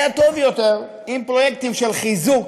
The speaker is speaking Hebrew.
היה טוב יותר אם פרויקטים של חיזוק